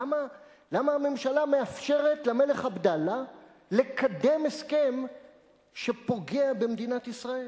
למה הממשלה מאפשרת למלך עבדאללה לקדם הסכם שפוגע במדינת ישראל?